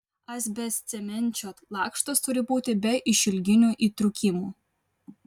asbestcemenčio lakštas turi būti be išilginių įtrūkimų